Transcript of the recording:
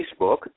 Facebook